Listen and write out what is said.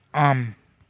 आम्